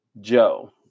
Joe